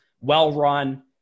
well-run